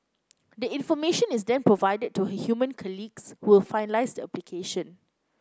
the information is then provided to her human colleagues who will finalize the application